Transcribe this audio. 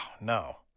no